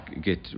get